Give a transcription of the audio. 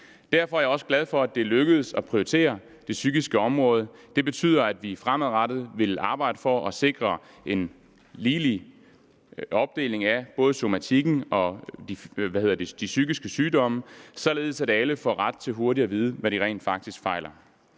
Derfor er jeg også glad for, at det er lykkedes at prioritere det psykiske område. Det betyder, at vi fremadrettet vil arbejde for at sikre en ligelig opdeling af både de somatiske og de psykiske sygdomme, således at alle får ret til hurtigt at vide, hvad de rent faktisk fejler.